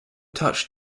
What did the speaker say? touched